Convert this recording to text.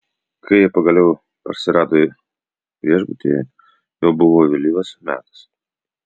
kai jie pagaliau parsirado į viešbutyje jau buvo vėlyvas metas